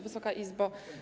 Wysoka Izbo!